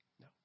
No